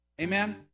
Amen